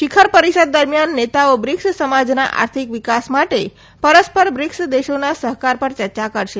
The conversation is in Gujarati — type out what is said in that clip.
શિખર પરિષદ દરમિયાન નેતાઓ બ્રિક્સ સમાજના આર્થિક વિકાસ માટે પરસ્પર બ્રિક્સ દેશોના સહકાર પર ચર્ચા કરશે